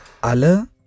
Alle